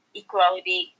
equality